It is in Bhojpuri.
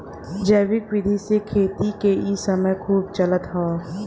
जैविक विधि से खेती क इ समय खूब चलत हौ